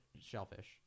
Shellfish